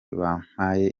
bampaye